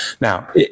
Now